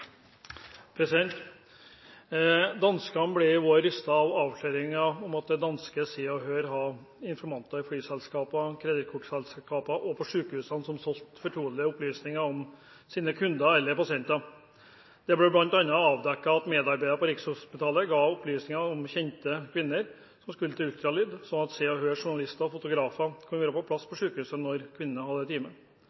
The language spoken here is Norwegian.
ble i vår rystet av avsløringene av at det danske Se og Hør har informanter i flyselskaper, kredittkortselskaper og på sykehusene, som solgte fortrolige opplysninger om sine kunder/pasienter. Det ble bl.a. avdekket at medarbeidere på Rigshospitalet ga opplysninger om kjente kvinner som skulle til ultralyd, slik at Se og Hørs journalister og fotografer kunne være på plass